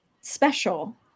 special